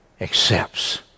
accepts